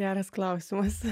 geras klausimas